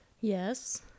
yes